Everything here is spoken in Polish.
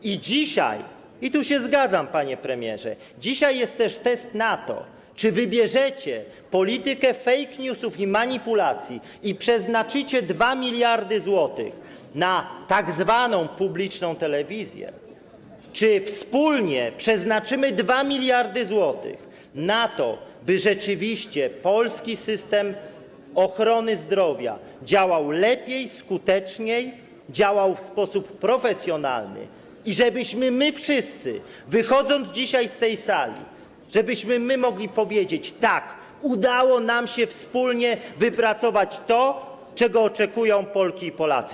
I dzisiaj, i tu się zgadzam, panie premierze, jest też test na to, czy wybierzecie politykę fake newsów i manipulacji i przeznaczycie 2 mld zł na tzw. publiczną telewizję, czy wspólnie przeznaczymy 2 mld zł na to, by rzeczywiście polski system ochrony zdrowia działał lepiej, skuteczniej, działał w sposób profesjonalny i żebyśmy my wszyscy, wychodząc dzisiaj z tej sali, mogli powiedzieć: tak, udało nam się wspólnie wypracować to, czego oczekują Polki i Polacy.